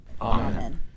Amen